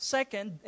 Second